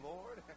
Lord